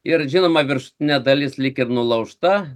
ir žinoma viršutinė dalis lyg ir nulaužta